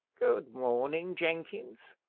good morning, jenkins.